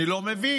אני לא מבין,